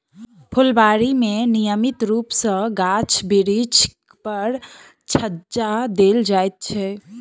फूलबाड़ी मे नियमित रूप सॅ गाछ बिरिछ पर छङच्चा देल जाइत छै